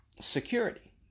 security